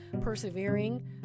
persevering